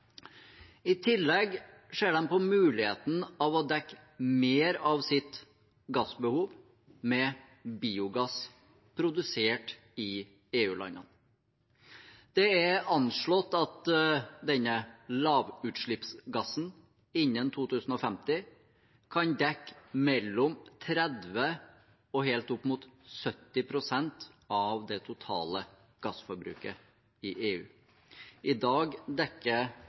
I tillegg ser de på muligheten for å dekke mer av sitt gassbehov med biogass produsert i EU-landene. Det er anslått at disse lavutslippsgassene innen 2050 kan dekke fra 30 pst. og helt opp mot 70 pst. av det totale gassforbruket i EU. I dag dekker